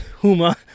Huma